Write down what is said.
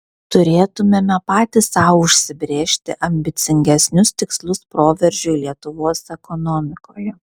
turėtumėme patys sau užsibrėžti ambicingesnius tikslus proveržiui lietuvos ekonomikoje